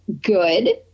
good